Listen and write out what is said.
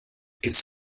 its